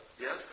Yes